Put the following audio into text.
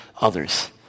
others